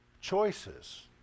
choices